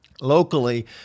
locally